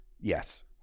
Yes